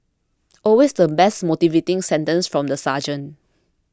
always the best motivating sentence from the sergeant